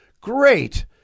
Great